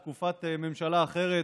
בתקופת ממשלה אחרת,